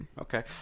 Okay